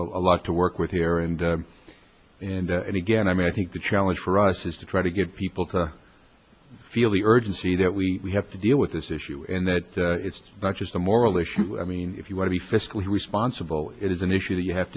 a lot to work with here and and and again i mean i think the challenge for us is to try to get people to feel the urgency that we have to deal with this issue and that it's not just a moral issue i mean if you want to be fiscally responsible it is an issue that you have